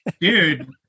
Dude